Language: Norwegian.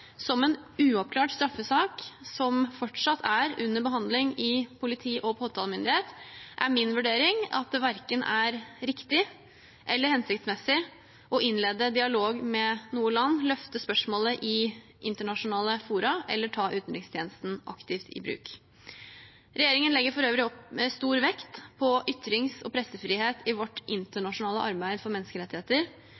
som en uoppklart straffesak som fortsatt er under behandling i politi- og påtalemyndighet, er min vurdering at det er verken riktig eller hensiktsmessig å innlede dialog med noe land, løfte spørsmålet i internasjonale fora eller ta utenrikstjenesten aktivt i bruk. Regjeringen legger for øvrig stor vekt på ytrings- og pressefrihet i vårt